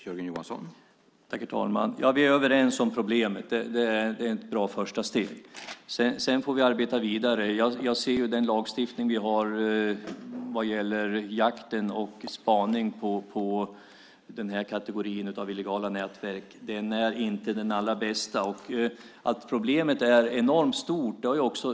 Herr talman! Vi är överens om problemet. Det är ett bra första steg. Sedan får vi arbeta vidare. Jag ser den lagstiftning vi har vad gäller jakt efter och spaning på den kategorin av illegala nätverk. Den är inte den allra bästa. Problemet är enormt stort.